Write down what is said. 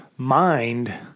Mind